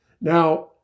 Now